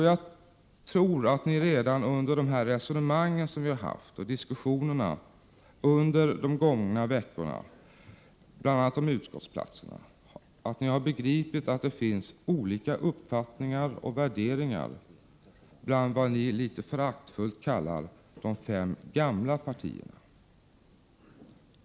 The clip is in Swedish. Jag tror att ni redan under de resonemang som vi fört under de gångna veckorna om bl.a. utskottsplatserna begripit att det finns olika uppfattningar och värderingar bland, vad ni litet föraktfullt kallar, de fem gamla partierna.